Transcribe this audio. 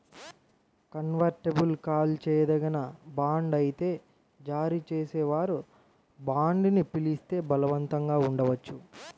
convertible call చేయదగిన bond అయితే జారీ చేసేవారు బాండ్ని పిలిస్తే బలవంతంగా ఉండవచ్చు